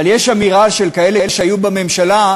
אבל יש אמירה של כאלה שהיו בממשלה,